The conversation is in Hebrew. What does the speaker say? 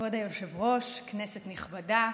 כבוד היושב-ראש, כנסת נכבדה,